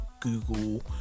Google